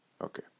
Okay